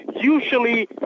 usually